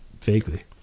vaguely